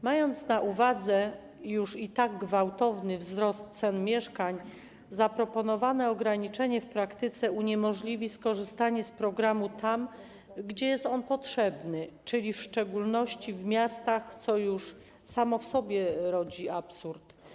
Mając na uwadze już i tak gwałtowny wzrost cen mieszkań, chcę powiedzieć, że zaproponowane ograniczenie w praktyce uniemożliwi skorzystanie z programu tam, gdzie jest on potrzebny, czyli w szczególności w miastach, co już samo w sobie rodzi absurd.